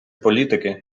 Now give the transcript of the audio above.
політики